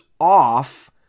off